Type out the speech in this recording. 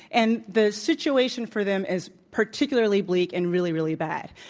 and the situation for them is particularly bleak and really, really bad.